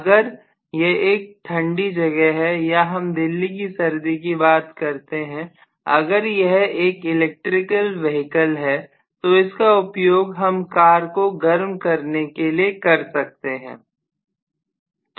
अगर यह एक ठंडी जगह है या हम दिल्ली की सर्दी की बात करते हैं अगर यह एक इलेक्ट्रिक वेहीकल है तो इसका उपयोग हम कार को गर्म करने के लिए कर सकते हैं